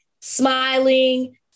smiling